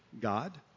God